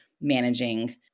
managing